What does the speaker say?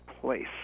place